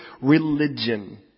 religion